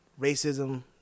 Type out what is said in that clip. racism